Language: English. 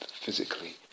physically